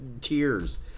tears